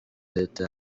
leta